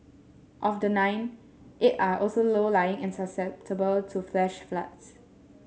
of the nine eight all also are low lying and susceptible to flash floods